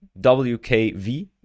WKV